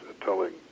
telling